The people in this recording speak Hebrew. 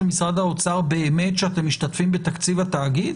משרד האוצר באמת שאתם משתתפים בתקציבים התאגיד?